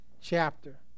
chapter